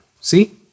See